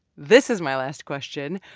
this is my last question.